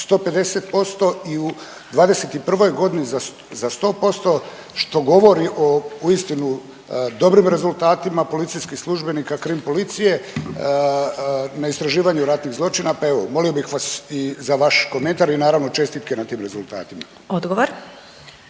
150% i u '21. godini za 100% što govori o uistinu dobrim rezultatima policijskih službenika krim policije na istraživanju ratnih zločina. Pa evo molimo bih vas i za vaš komentar i naravno čestitke na tim rezultatima. **Glasovac,